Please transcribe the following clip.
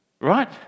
Right